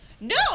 No